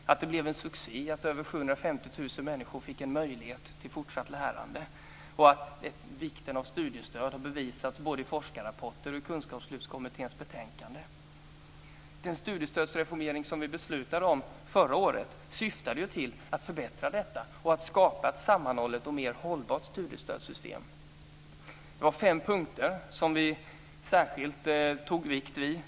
Det blev en succé. Över 750 000 människor fick en möjlighet till fortsatt lärande. Vikten av studiestöd har bevisats i både forskarrapporter och Kunskapslyftskommitténs betänkande. Den studiestödsreformering vi beslutade om förra året syftade till att förbättra detta och att skapa ett sammanhållet och mer hållbart studiestödssystem. Det var fem punkter som vi särskilt lade vikt vid.